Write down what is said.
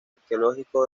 arqueológico